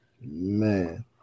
man